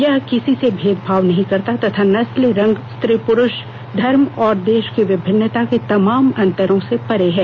यह किसी से भेदभाव नहीं करता तथा नस्ल रंग स्त्री पुरुष धर्म और देश की विभिन्नता के तमाम अंतरों से परे है